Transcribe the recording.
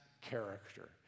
character